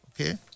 Okay